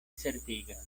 certigas